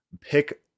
pick